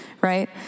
Right